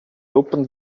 opened